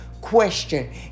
question